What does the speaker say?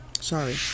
Sorry